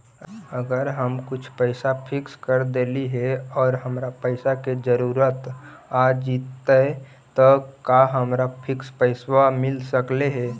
अगर हम कुछ पैसा फिक्स कर देली हे और हमरा पैसा के जरुरत आ जितै त का हमरा फिक्स पैसबा मिल सकले हे?